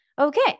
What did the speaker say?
Okay